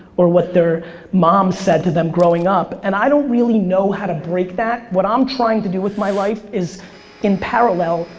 or what their mom said to them growing up. and i don't really know how to break that. what i'm trying to do with my life is in parallel,